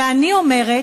ואני אומרת: